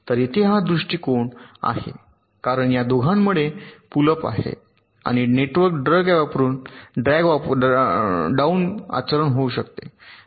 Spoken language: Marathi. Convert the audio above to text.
तर येथे हा दृष्टीकोन आहे कारण या दोघामुळे पुल अप आहे आणि नेटवर्क ड्रॅग डाउन आचरण होऊ शकते